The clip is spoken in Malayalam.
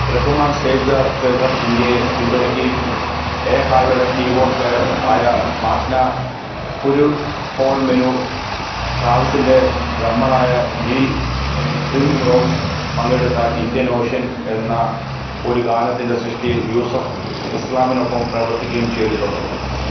റഹ്മാൻ സേവ് ദ ചിൽഡ്രൻ ഇന്ത്യയെ പിന്തുണയ്ക്കുകയും എഹായുടെ കീബോർഡ് പ്ലെയർ ആയ മാഗ്ന ഫുരുഹോൾമെൻ ട്രാവിസിന്റെ ഡ്രമ്മറായ നീൽ പ്രിംറോസ് പങ്കെടുത്ത ഇന്ത്യൻ ഓഷ്യൻ എന്ന ഒരു ഗാനത്തിൻ്റെ സൃഷ്ടിയിൽ യൂസഫ് ഇസ്ലാമിനൊപ്പം പ്രവർത്തിക്കുകയും ചെയ്തിട്ടുണ്ട്